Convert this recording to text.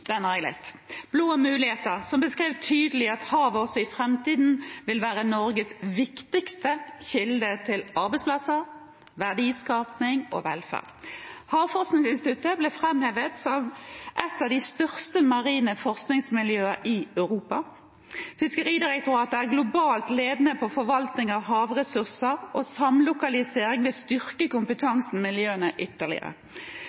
muligheter, som beskrev tydelig at havet også i fremtiden vil være Norges viktigste kilde til arbeidsplasser, verdiskaping og velferd. Havforskningsinstituttet ble fremhevet som et av de største marine forskningsinstitutter i Europa. Fiskeridirektoratet er globalt ledende på forvaltning av havressurser og samlokalisering vil styrke